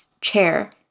chair